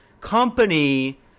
company